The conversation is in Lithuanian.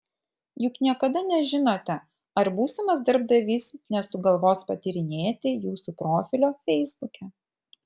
juk niekada nežinote ar būsimas darbdavys nesugalvos patyrinėti jūsų profilio feisbuke